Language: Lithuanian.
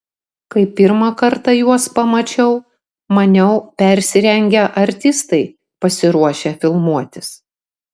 kai pirmą kartą juos pamačiau maniau persirengę artistai pasiruošę filmuotis